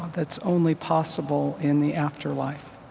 that's only possible in the afterlife,